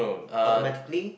automatically